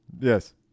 Yes